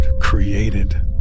created